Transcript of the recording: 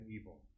evil